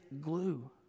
glue